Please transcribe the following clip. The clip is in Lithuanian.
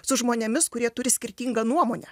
su žmonėmis kurie turi skirtingą nuomonę